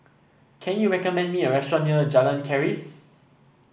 can you recommend me a restaurant near Jalan Keris